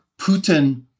Putin